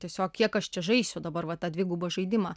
tiesiog kiek aš čia žaisiu dabar va tą dvigubą žaidimą